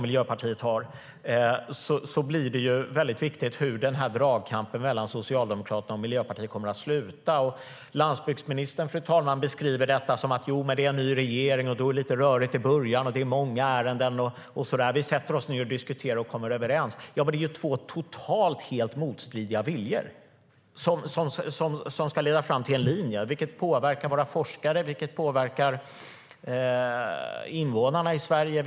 Därför blir det väldigt viktigt hur dragkampen mellan Socialdemokraterna och Miljöpartiet kommer att sluta. Fru talman! Landsbygdsministern beskriver detta som att det är en ny regering, att det är lite rörigt i början och att det finns många ärenden att ta ställning till men att man nu ska sätta sig och diskutera och komma överens. Men det är ju två totalt motstridiga viljor som ska leda fram till en linje! Detta påverkar våra forskare och invånarna i Sverige.